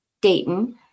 Dayton